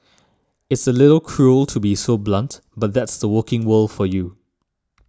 it's a little cruel to be so blunt but that's the working world for you